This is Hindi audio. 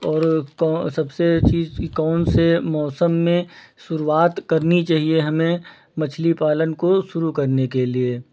और सबसे चीज़ कि कौन से मौसम में शुरुआत करनी चाहिए हमें मछली पालन को शुरू करने के लिए